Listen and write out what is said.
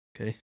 Okay